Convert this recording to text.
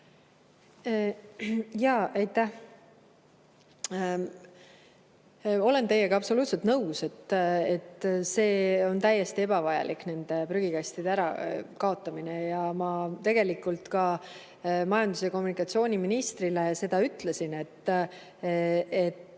Aitäh! Olen teiega absoluutselt nõus, et see on täiesti ebavajalik, see prügikastide ärakaotamine. Ma tegelikult ka majandus‑ ja kommunikatsiooniministrile ütlesin, et